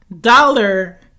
dollar